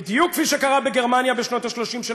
בדיוק כפי שקרה בגרמניה בשנות ה-30 של